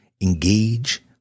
engage